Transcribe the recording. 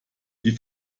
die